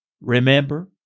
Remember